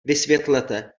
vysvětlete